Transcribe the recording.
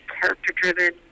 character-driven